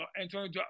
Antonio